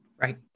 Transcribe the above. Right